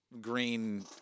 green